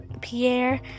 Pierre